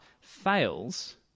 fails